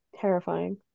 Terrifying